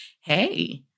hey